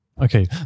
Okay